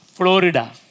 Florida